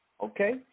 Okay